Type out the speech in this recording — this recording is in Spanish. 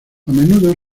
menudo